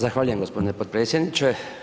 Zahvaljujem gospodine potpredsjedniče.